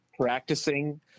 practicing